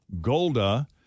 Golda